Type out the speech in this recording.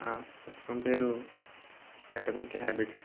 ఆ పుస్తకం పేరు అటామిక్ హ్యాబిట్స్